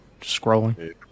scrolling